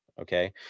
Okay